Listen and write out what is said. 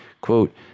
quote